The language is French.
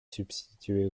substituer